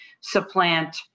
supplant